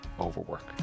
overwork